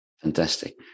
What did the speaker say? Fantastic